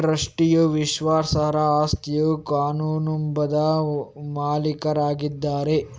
ಟ್ರಸ್ಟಿಯು ವಿಶ್ವಾಸಾರ್ಹ ಆಸ್ತಿಯ ಕಾನೂನುಬದ್ಧ ಮಾಲೀಕರಾಗಿದ್ದಾರೆ